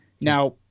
Now